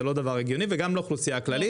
זה לא דבר הגיוני וגם לאוכלוסייה הכללית.